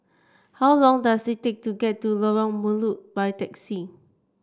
how long does it take to get to Lorong Melukut by taxi